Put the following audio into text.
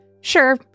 Sure